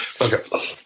Okay